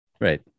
Right